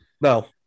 no